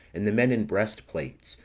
and the men in breastplates,